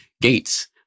Gates